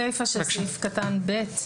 הסיפה של סעיף קטן (ב),